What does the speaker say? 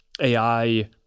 AI